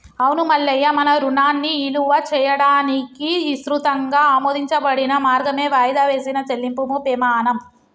అవును మల్లయ్య మన రుణాన్ని ఇలువ చేయడానికి ఇసృతంగా ఆమోదించబడిన మార్గమే వాయిదా వేసిన చెల్లింపుము పెమాణం